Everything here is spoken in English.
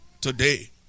today